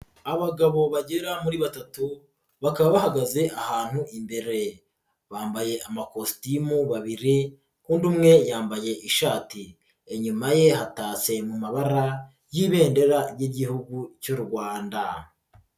Abagabo bagera muri batatu, bakaba bahagaze ahantu imbere, bambaye amakositimu babiri, undi umwe yambaye ishati, inyuma ye hatatse mu mabara y'ibendera ry'Igihugu cy'u Rwanda.